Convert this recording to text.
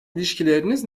ilişkileriniz